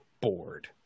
bored